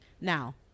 Now